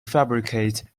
fabricate